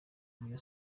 rayon